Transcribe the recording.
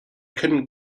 couldn’t